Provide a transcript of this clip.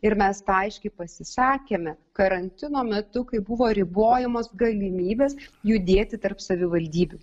ir mes tą aiškiai pasisakėme karantino metu kai buvo ribojamos galimybės judėti tarp savivaldybių